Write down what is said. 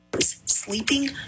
sleeping